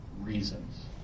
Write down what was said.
reasons